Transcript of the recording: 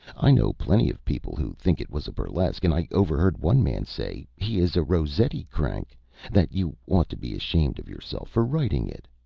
i know plenty of people who think it was a burlesque, and i overheard one man say he is a rossetti crank that you ought to be ashamed of yourself for writing it.